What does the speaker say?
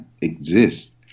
exist